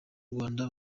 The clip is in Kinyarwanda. rwanda